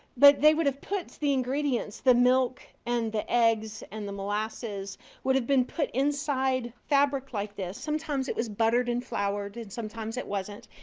but they would have put the ingredients the milk and the eggs and the molasses would have been put inside fabric like this. sometimes it was buttered and floured, and sometimes it wasn't.